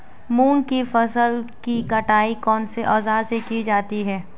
मूंग की फसल की कटाई कौनसे औज़ार से की जाती है?